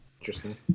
Interesting